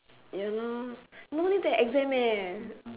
ya lor no need take exam eh